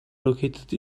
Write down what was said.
located